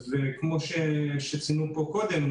וכמו שציינו פה קודם,